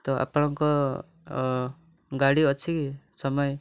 ତ ଆପଣଙ୍କ ଗାଡ଼ି ଅଛି କି ସମୟ